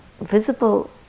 visible